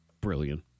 Brilliant